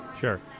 Sure